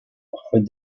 parfois